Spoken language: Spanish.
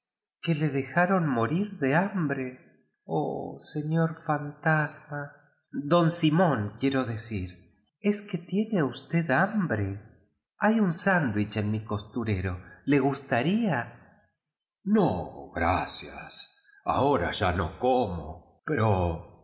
qué le dejaron morir de hambre oh señor fantasmal don simón quiero decir es que tiene usted hambre hay un sand wich en mi costurero le gustaría f no gracias ahora ya lio como pero